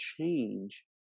change